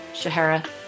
Shahara